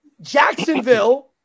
Jacksonville